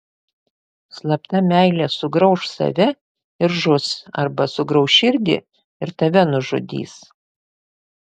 slapta meilė sugrauš save ir žus arba sugrauš širdį ir tave nužudys